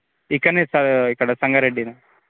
ఇక్కడనే సార్ ఇక్కడ సంగారెడ్డినే